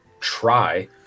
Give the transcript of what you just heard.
try